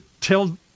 tell